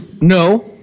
no